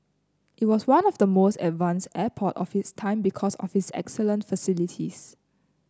it was one of the most advanced airport of its time because of its excellent facilities